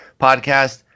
podcast